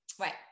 Right